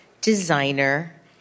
designer